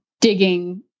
digging